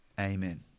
Amen